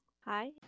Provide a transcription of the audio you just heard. Hi